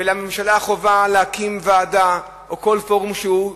וחובה על הממשלה להקים ועדה או כל פורום שהוא,